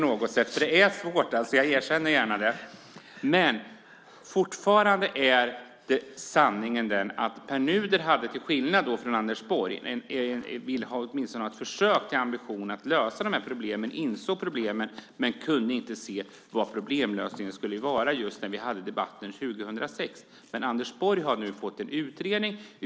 Jag erkänner gärna att det är svårt. Men fortfarande är sanningen den att Pär Nuder, till skillnad från Anders Borg, åtminstone gjorde ett försök att ha en ambition att lösa de här problemen, och insåg problemen, men han kunde inte se vad problemlösningen skulle vara just när vi hade debatten 2006. Anders Borg har nu fått en utredning.